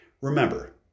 Remember